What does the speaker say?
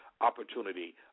opportunity